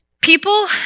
People